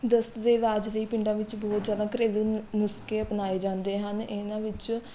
ਦਸਤ ਦੇ ਇਲਾਜ ਲਈ ਪਿੰਡਾਂ ਵਿੱਚ ਬਹੁਤ ਜ਼ਿਆਦਾ ਘਰੇਲੂ ਨੁ ਨੁਸਖੇ ਅਪਣਾਏ ਜਾਂਦੇ ਹਨ ਇਨ੍ਹਾਂ ਵਿੱਚ